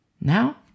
Now